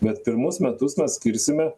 bet pirmus metus mes skirsime